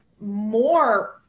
more